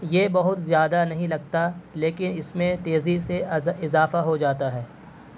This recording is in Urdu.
یہ بہت زیادہ نہیں لگتا لیکن اس میں تیزی سے اضافہ ہو جاتا ہے